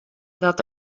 dat